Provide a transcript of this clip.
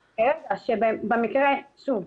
שוב,